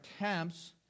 attempts